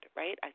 right